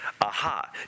Aha